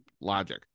logic